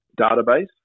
database